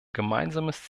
gemeinsames